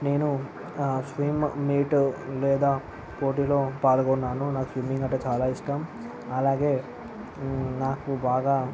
నేను swim meet లేదా పోటీలో పాల్గొన్నాను నాకు స్విమ్మింగ్ అంటే చాలా ఇష్టం అలాగే నాకు బాగా